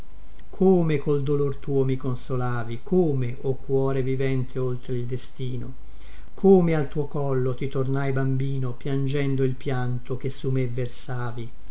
come col dolor tuo mi consolavi come o cuore vivente oltre il destino come al tuo collo ti tornai bambino piangendo il pianto che su me versavi